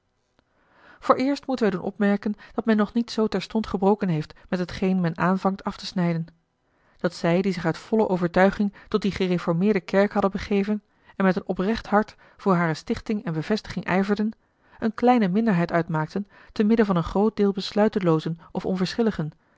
vooreerst moeten wij doen opmerken dat men nog niet zoo terstond gebroken heeft met hetgeen men aanvangt af te snijden dat zij die zich uit volle overtuiging tot die gereformeerde kerk hadden begeven en met een oprecht hart voor hare stichting en bevestiging ijverden eene kleine minderheid uitmaakten te midden van een groot deel besluiteloozen of